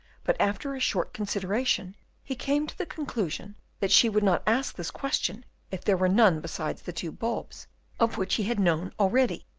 but after a short consideration he came to the conclusion that she would not ask this question if there were none besides the two bulbs of which he had known already.